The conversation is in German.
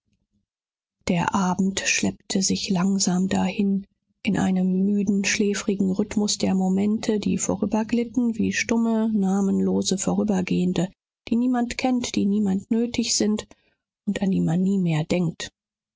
der abend schleppte sich langsam dahin in einem müden schläfrigen rhythmus der momente die vorüberglitten wie stumme namenlose vorübergehende die niemand kennt die niemand nötig sind und an die man nie mehr denkt